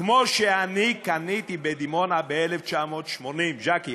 כמו שאני קניתי בדימונה ב-1980, ז'קי.